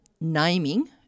naming